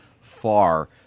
far